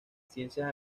ciencias